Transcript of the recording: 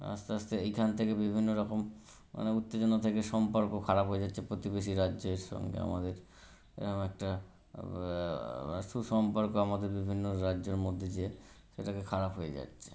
আস্তে আস্তে এইখান থেকে বিভিন্ন রকম মানে উত্তেজনা থেকে সম্পর্ক খারাপ হয়ে যাচ্ছে প্রতিবেশী রাজ্যের সঙ্গে আমাদের এরকম একটা সুসম্পর্ক আমাদের বিভিন্ন রাজ্যের মধ্যে যে সেটাকে খারাপ হয়ে যাচ্ছে